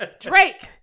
Drake